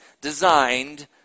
designed